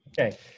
Okay